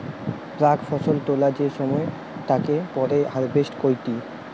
প্রাক ফসল তোলা যে সময় তা তাকে পরে হারভেস্ট কইটি